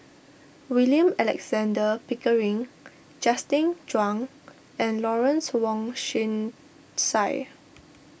William Alexander Pickering Justin Zhuang and Lawrence Wong Shyun Tsai